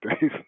days